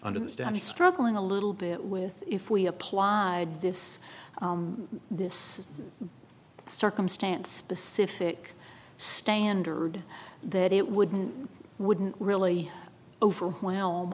under the standard struggling a little bit with if we applied this this circumstance specific standard that it wouldn't wouldn't really overwhelm